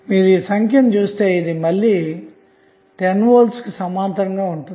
మీరు ఈ సంఖ్యను చూస్తే ఇది మళ్ళీ 10V తోసమాంతరంగా ఉంటుంది